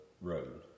road